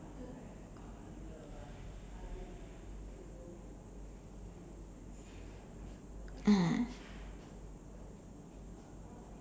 ah